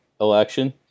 election